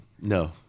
No